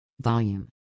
volume